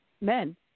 men